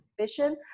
vision